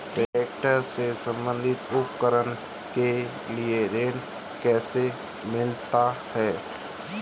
Tractor से संबंधित उपकरण के लिए ऋण कैसे मिलता है?